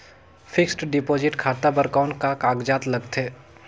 Fixed deposit खाता बर कौन का कागजात लगथे?